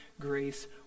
grace